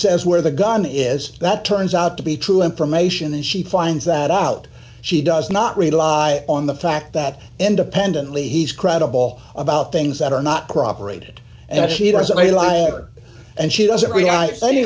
says where the gun is that turns out to be true information and she finds that out she does not rely on the fact that independently he's credible about things that are not cooperated and he doesn't